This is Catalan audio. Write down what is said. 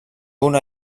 una